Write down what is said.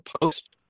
post